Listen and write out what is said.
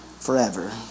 forever